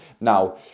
Now